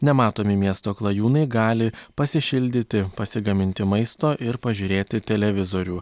nematomi miesto klajūnai gali pasišildyti pasigaminti maisto ir pažiūrėti televizorių